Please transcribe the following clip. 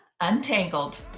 Untangled